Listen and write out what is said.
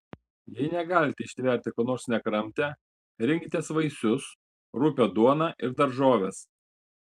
jei negalite ištverti ko nors nekramtę rinkitės vaisius rupią duoną ir daržoves